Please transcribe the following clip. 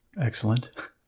Excellent